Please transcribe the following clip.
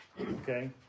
Okay